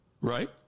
right